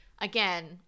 again